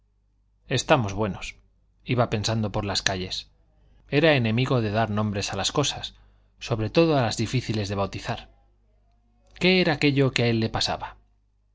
estamos buenos iba pensando por las calles era enemigo de dar nombres a las cosas sobre todo a las difíciles de bautizar qué era aquello que a él le pasaba